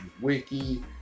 wiki